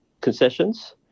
concessions